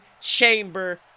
chamber